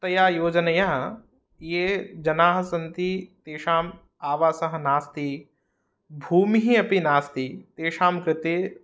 तया योजनया ये जनाः सन्ति तेषां आवासः नास्ति भूमिः अपि नास्ति तेषां कृते